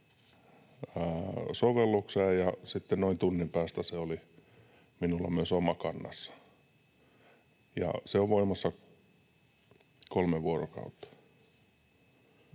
sovelluksella, ja sitten noin tunnin päästä se oli minulla myös Omakannassa. Ja se on voimassa 3 vuorokautta.